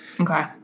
okay